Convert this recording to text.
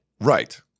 Right